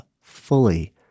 fully